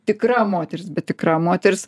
tikra moteris bet tikra moteris